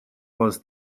was